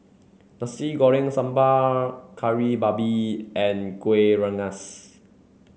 Nasi Goreng Sambal Kari Babi and Kueh Rengas